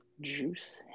juice